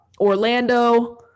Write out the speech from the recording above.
Orlando